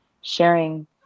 sharing